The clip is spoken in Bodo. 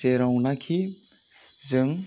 जेरावनाखि जों